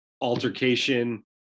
altercation